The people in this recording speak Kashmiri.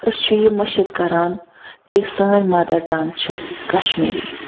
أسۍ چھِ یہِ مٔشِد کَران کہ سٲنۍ مَدَر ٹَنٛگ چھِ کشمیٖری